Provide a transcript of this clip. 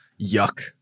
Yuck